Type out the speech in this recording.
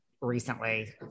recently